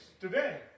today